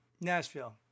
Nashville